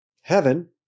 Heaven